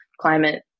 climate